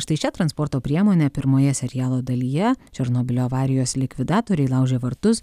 štai čia transporto priemonė pirmoje serialo dalyje černobylio avarijos likvidatoriai laužia vartus